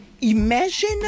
imagine